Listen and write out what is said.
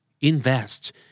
Invest